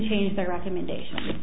change their recommendation